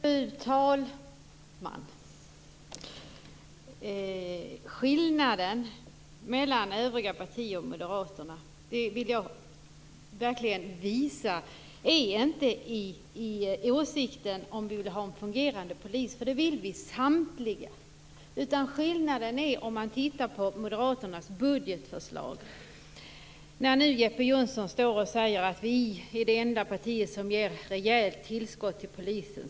Fru talman! Jag vill verkligen visa att skillnaden mellan Moderaterna och övriga partier inte ligger i åsikterna i frågan om vi vill ha en fungerande polis. Det vill vi samtliga ha. Skillnaden kommer fram när man ser på moderaternas budgetförslag. Jeppe Johnsson säger att Moderaterna är det enda parti som ger ett rejält tillskott till polisen.